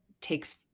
takes